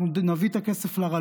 אנחנו נביא את הכסף לרלב"ד,